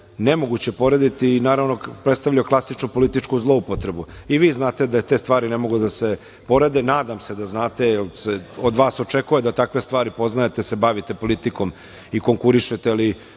nemoguće porediti i naravno predstavlja klasično političku zloupotrebu. Vi znate da te stvari ne mogu da se porede, nadam se da znate jer se od vas očekuje da takve stvari poznajete, jer se bavite politikom i konkurišete